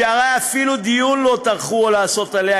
שהרי אפילו דיון לא טרחו לעשות עליה,